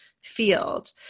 field